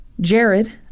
Jared